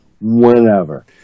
whenever